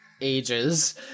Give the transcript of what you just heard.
ages